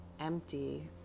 empty